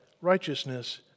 righteousness